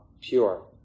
pure